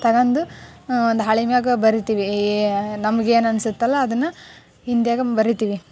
ತಗೊಂಡು ಒಂದು ಹಾಳೆ ಮ್ಯಾಗ ಬರೀತೀವಿ ಈ ನಮ್ಗೇನು ಅನ್ಸುತ್ತಲ್ಲ ಅದನ್ನು ಹಿಂದಿಯಾಗ ಬರೀತೀವಿ